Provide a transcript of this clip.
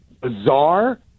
bizarre